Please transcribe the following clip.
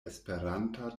esperanta